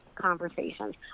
conversations